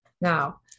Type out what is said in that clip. Now